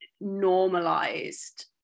normalized